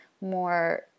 more